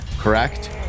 correct